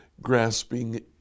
grasping